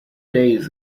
days